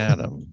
Adam